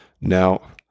Now